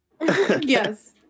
yes